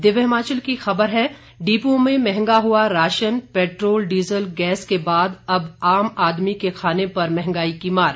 दिव्य हिमाचल की खबर है डिपुओं में महंगा हुआ राशन पेट्रोल डीजल गैस के बाद अब आम आदमी के खाने पर महंगाई की मार